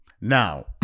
now